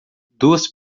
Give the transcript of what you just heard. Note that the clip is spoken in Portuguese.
duas